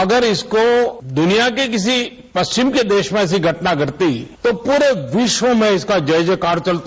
अगर इसको दुनिया के किसी पश्चिम के देश में ऐसी घटना धरती तो पूरे विश्व में इसका जय जय कार चलता